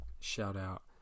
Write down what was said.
Shout-out